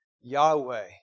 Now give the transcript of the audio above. Yahweh